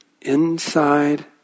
inside